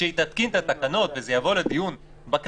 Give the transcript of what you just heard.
כשהיא תתקין את התקנות וזה יבוא לדיון בכנסת,